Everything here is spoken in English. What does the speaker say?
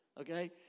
okay